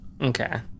okay